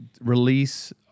release